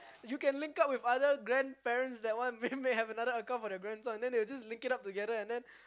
you can link up with other grandparents that one may may have another for their grandson then they will just link it up together and then